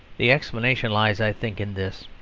the explanation lies, i think, in this,